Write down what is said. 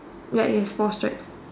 ya yes four stripes